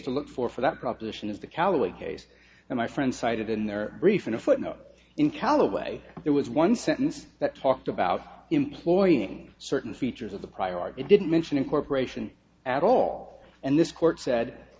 to look for for that proposition is the callee case and my friend cited in their brief in a footnote in callaway there was one sentence that talked about employing certain features of the prior art it didn't mention incorporation at all and this court said